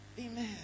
Amen